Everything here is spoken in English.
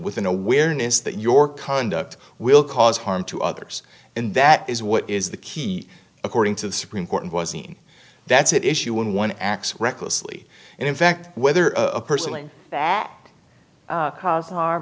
with an awareness that your conduct will cause harm to others and that is what is the key according to the supreme court was in that's at issue when one acts recklessly and in fact whether a personally that causes harm